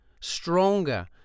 stronger